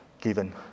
given